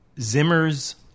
zimmer's